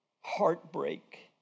heartbreak